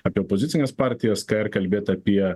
apie opozicines partijos ką ir kalbėt apie